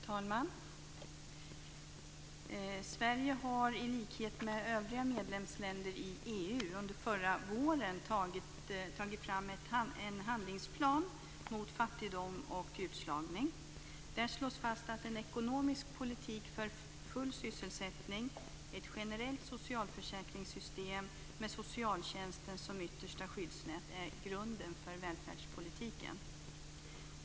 Fru talman! Sverige har i likhet med övriga medlemsländer i EU under förra våren tagit fram en handlingsplan mot fattigdom och utslagning. Där slås fast att en ekonomisk politik för full sysselsättning och ett generellt socialförsäkringssystem med socialtjänsten som yttersta skyddsnät är grunden för välfärdspolitiken.